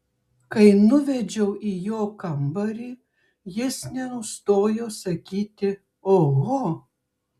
kai nuvedžiau į jo kambarį jis nenustojo sakyti oho